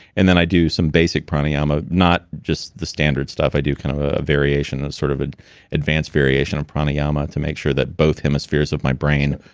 and then, i do some basic pranayama, not just the standard stuff, i do kind of a variation, sort of an advanced variation of pranayama to make sure that both hemispheres of my brain